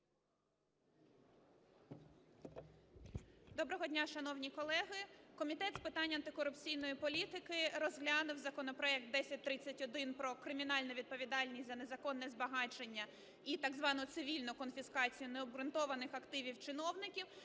Доброго дня, шановні колеги! Комітет з питань антикорупційної політики розглянув законопроект (№1031) про кримінальну відповідальність за незаконне збагачення і так звану цивільну конфіскацію необґрунтованих активів чиновників,